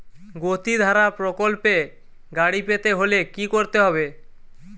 গতিধারা প্রকল্পে গাড়ি পেতে হলে কি করতে হবে?